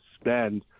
spend